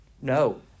No